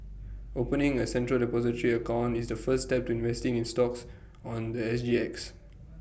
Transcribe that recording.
opening A central Depository account is the first step to investing in stocks on The S G X